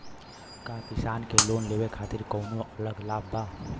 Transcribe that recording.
का किसान के लोन लेवे खातिर कौनो अलग लाभ बा?